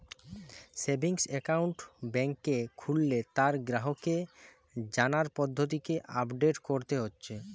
savings account বেংকে খুললে তার গ্রাহককে জানার পদ্ধতিকে আপডেট কোরতে হচ্ছে